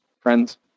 friends